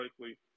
likely